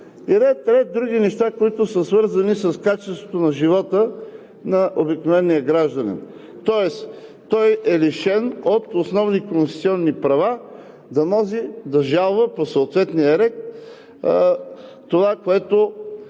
ред други неща, които са свързани с качеството на живота на обикновения гражданин? Тоест той е лишен от основни конституционни права да може да жалва по съответния ред това, което